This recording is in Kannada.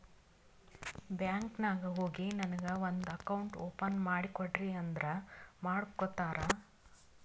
ಬ್ಯಾಂಕ್ ನಾಗ್ ಹೋಗಿ ನನಗ ಒಂದ್ ಅಕೌಂಟ್ ಓಪನ್ ಮಾಡಿ ಕೊಡ್ರಿ ಅಂದುರ್ ಮಾಡ್ಕೊಡ್ತಾರ್